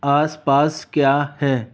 आसपास क्या है